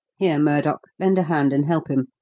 here, murdock, lend a hand and help him.